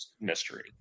mystery